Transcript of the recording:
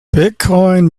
bitcoin